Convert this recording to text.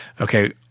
okay